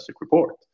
report